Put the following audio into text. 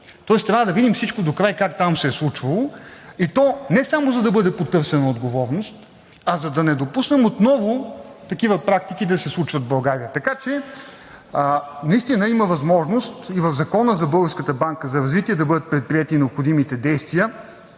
Тоест трябва да видим всичко докрай как там се е случвало, и то не само за да бъде потърсена отговорност, а да не допуснем отново такива практики да се случват в България. Наистина има възможност и в Закона за Българската банка за развитие да бъдат предприети необходимите действия,